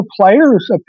players